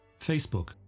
Facebook